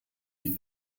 die